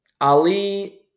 Ali